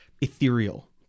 ethereal